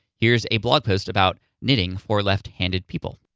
here's a blog post about knitting for left-handed people.